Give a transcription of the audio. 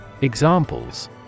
Examples